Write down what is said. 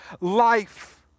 life